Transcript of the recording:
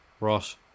Ross